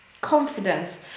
confidence